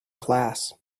class